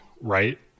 right